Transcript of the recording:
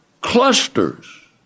Clusters